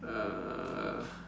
uh